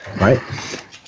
Right